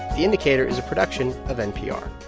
the indicator is a production of npr